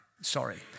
Sorry